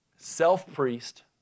Self-priest